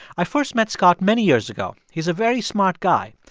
i first met scott many years ago. he's a very smart guy.